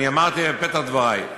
אני אמרתי בפתח דברי: